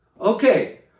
Okay